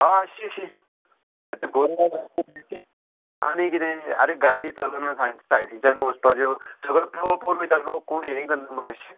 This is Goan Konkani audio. हय शी शी गोरवां आनी किदें आरे गाडी चलना सायडीनच्यान वचपाच्यो सगळो पेपोर वयता लोक कोण हे करना म्हुणू शी